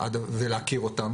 ולהכיר אותם,